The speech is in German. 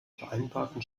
vereinbarten